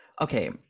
Okay